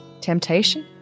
temptation